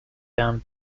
bound